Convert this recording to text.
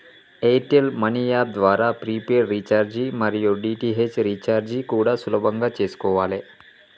air tell money app ద్వారా prepaid recharge మరియు DTH recharge కూడా సులభంగా చేసుకోవాలే